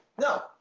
No